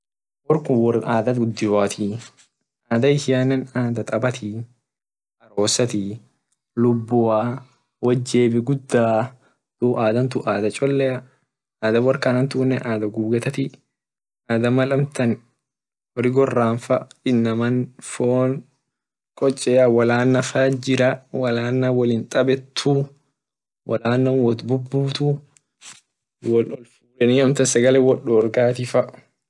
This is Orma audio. Wor kun wor adha gudioatii adha ishiane adha tabatii arosatii lubua wotjebi gudaa dub adhan tun adha cholea adha workanatun adha gugedati adha mal amtan hori fa goran inama fon kochea wolanna faa jira wolanna wolintabetu wolanna wotbubutu wot dufeni amtan sagale wol dorgatifaa.